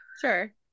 Sure